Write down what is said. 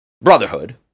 Brotherhood